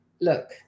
look